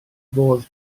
fodd